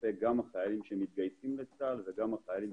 כלפי החיילים שמתגייסים לצה"ל וגם החיילים